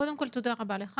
תודה רבה.